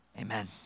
Amen